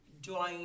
join